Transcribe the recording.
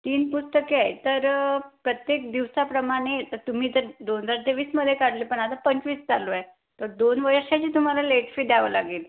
तीन पुस्तके आहे तर प्रत्येक दिवसाप्रमाणे तर तुम्ही तर दोन हजार तेवीसमध्ये काढले पण आता पंचवीस चालू आहे तर दोन वर्षाची तुम्हाला लेट फी द्यावं लागेल